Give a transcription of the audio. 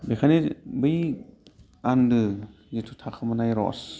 बेखायनो बै आनदो जिथु थाखोमानाय रस